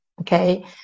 Okay